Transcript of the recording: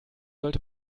sollte